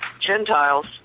Gentiles